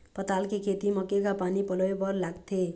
पताल के खेती म केघा पानी पलोए बर लागथे?